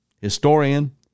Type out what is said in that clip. Historian